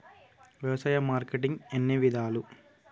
వ్యవసాయ మార్కెటింగ్ ఎన్ని విధాలు?